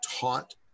taught